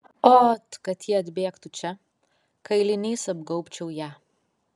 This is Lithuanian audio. ot kad ji atbėgtų čia kailiniais apgaubčiau ją